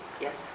yes